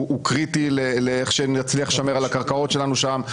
קריטי איך נצליח לשמר על הקרקעות שלנו שם,